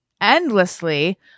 endlessly